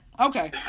okay